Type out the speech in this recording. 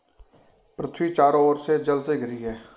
पृथ्वी चारों ओर से जल से घिरी है